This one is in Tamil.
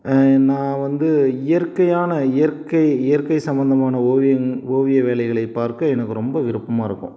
நான் வந்து இயற்கையான இயற்கை இயற்கை சம்பந்தமான ஓவியங் ஓவிய வேலைகளை பார்க்க எனக்கு ரொம்ப விருப்பமாக இருக்கும்